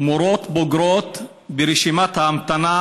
מורות בוגרות הן ברשימת ההמתנה